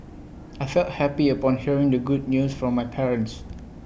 I felt happy upon hearing the good news from my parents